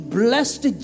blessed